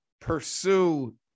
pursue